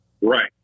Right